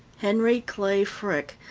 henry clay frick,